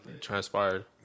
transpired